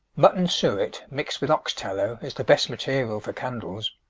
mutton-suet mixed with ox-tallow is the best material for candles.